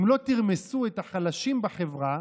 אם לא תרמסו את החלשים בחברה,